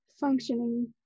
functioning